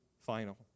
final